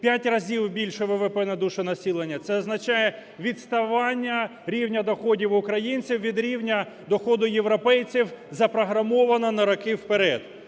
разів більше ВВП на душу населення, це означає відставання рівня доходів українців від рівня доходів європейців запрограмоване на роки вперед.